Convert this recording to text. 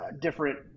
different